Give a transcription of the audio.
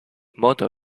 motto